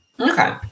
Okay